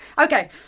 Okay